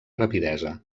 rapidesa